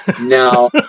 Now